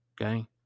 Okay